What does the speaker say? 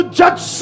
judge